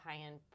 high-end